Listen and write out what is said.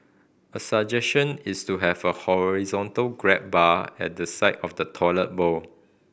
a suggestion is to have a horizontal grab bar at the side of the toilet bowl